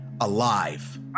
alive